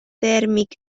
tèrmic